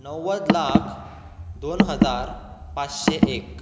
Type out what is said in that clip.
णव्वद लाख दोन हजार पांचशें एक